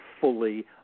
fully